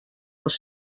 els